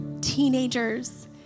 teenagers